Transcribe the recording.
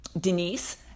Denise